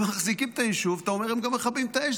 שמחזיקים את היישוב, הם גם מכבים את האש.